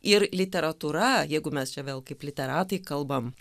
ir literatūra jeigu mes čia vėl kaip literatai kalbam